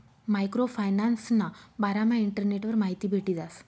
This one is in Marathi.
मायक्रो फायनान्सना बारामा इंटरनेटवर माहिती भेटी जास